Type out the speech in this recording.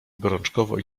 gorączkowo